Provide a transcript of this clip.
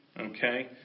okay